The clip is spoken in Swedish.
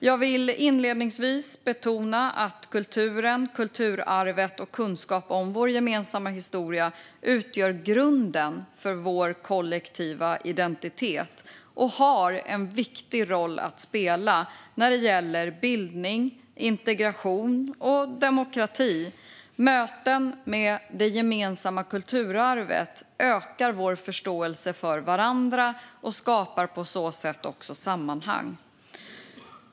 Jag vill inledningsvis betona att kulturen, kulturarvet och kunskap om vår gemensamma historia utgör grunden för vår kollektiva identitet och har en viktig roll att spela när det gäller bildning, integration och demokrati. Möten med det gemensamma kulturarvet ökar vår förståelse för varandra och skapar på så sätt också sammanhang.